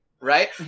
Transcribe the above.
Right